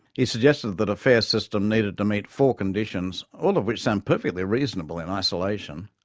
he suggested that a fair system needed to meet four conditions, all of which sound perfectly reasonable in isolation.